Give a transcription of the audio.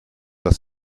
das